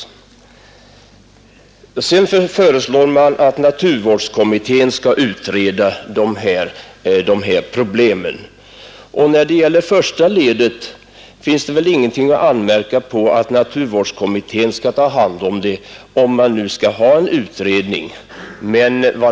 Motionärerna föreslår att naturvårdskommittén skall utreda de här problemen. När det gäller första ledet finns det väl ingenting att anmärka mot att naturvårdskommittén skall ta hand om saken, om man nu skall ha en utredning.